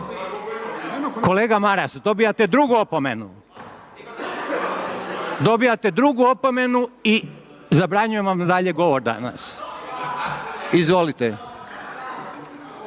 kolega Maras dobivate drugu opomenu i zabranjujem vam dalje govor danas, izvolite.